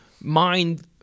mind